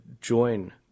join